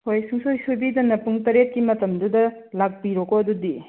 ꯍꯣꯏ ꯁꯨꯡꯁꯣꯏ ꯁꯣꯏꯕꯤꯗꯅ ꯄꯨꯡ ꯇꯔꯦꯠꯀꯤ ꯃꯇꯝꯗꯨꯅ ꯂꯥꯛꯄꯤꯔꯣꯀꯣ ꯑꯗꯨꯗꯤ